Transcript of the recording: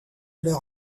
leur